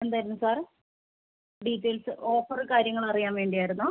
എന്തായിരുന്നു sir details offer കാര്യങ്ങള് അറിയാൻ വേണ്ടി ആയിരുന്നോ